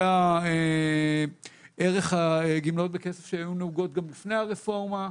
זה ערך הגמלאות בכסף שהיו נהוגות גם לפני הרפורמה,